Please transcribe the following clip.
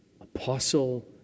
apostle